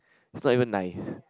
is not even nice